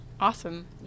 Awesome